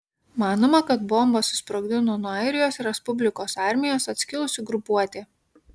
manoma kad bombą susprogdino nuo airijos respublikos armijos atskilusi grupuotė